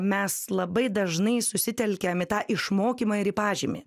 mes labai dažnai susitelkėm į tą išmokymą ir pažymį